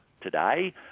Today